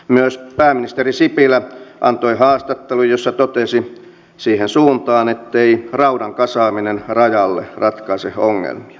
myös pääministeri sipilä antoi haastattelun jossa totesi siihen suuntaan ettei raudan kasaaminen rajalle ratkaise ongelmia